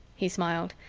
he smiled.